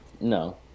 No